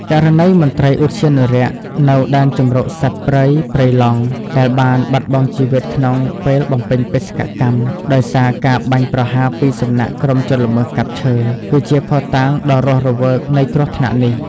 ករណីមន្ត្រីឧទ្យានុរក្សនៅ ដែនជម្រកសត្វព្រៃព្រៃឡង់ ដែលបានបាត់បង់ជីវិតក្នុងពេលបំពេញបេសកកម្ម ដោយសារការបាញ់ប្រហារពីសំណាក់ក្រុមជនល្មើសកាប់ឈើ គឺជាភស្តុតាងដ៏រស់រវើកនៃគ្រោះថ្នាក់នេះ។